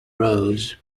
rows